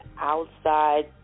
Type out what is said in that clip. outside